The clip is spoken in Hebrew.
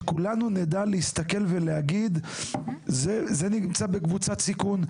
כדי שכולנו נדע להגיד אם בניין נמצא בקבוצת סיכון.